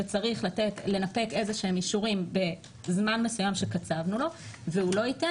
שצריך לנפק אישורים בזמן מסוים שקצבנו לו והוא לא נתן,